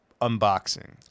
unboxing